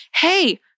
hey